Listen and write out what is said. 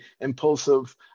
impulsive